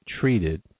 treated